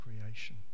creation